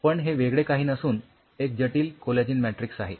पण हे वेगळे काही नसून एक जटिल कोलॅजिन मॅट्रिक्स आहे